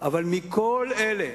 אבל כל אלה,